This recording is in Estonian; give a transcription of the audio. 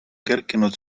kerkinud